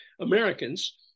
Americans